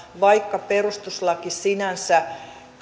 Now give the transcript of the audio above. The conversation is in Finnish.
vaikka perustuslaki sinänsä